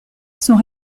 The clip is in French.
sont